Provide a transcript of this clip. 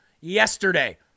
yesterday